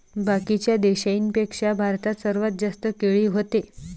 बाकीच्या देशाइंपेक्षा भारतात सर्वात जास्त केळी व्हते